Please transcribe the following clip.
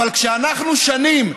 אבל כשאנחנו שנים,